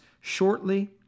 shortly